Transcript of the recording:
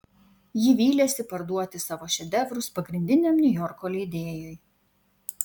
ji vylėsi parduoti savo šedevrus pagrindiniam niujorko leidėjui